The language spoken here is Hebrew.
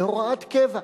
להוראת קבע.